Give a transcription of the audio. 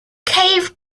cave